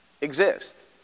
exist